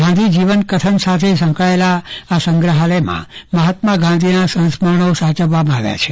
ગાંધીજીવન કથન સાથે સંકળાયેલા આ સંગ્રાહાલયમાં મહાત્મા ગાંધીના સંસ્મરણો સાચવવામાં આવ્યા છે